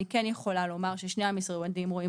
אני כן יכולה לומר ששני המשרדים רואים